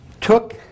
took